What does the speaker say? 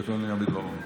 שהכול נהיה בדברו.